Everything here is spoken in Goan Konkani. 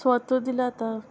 स्वत दिल्या जाता